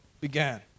began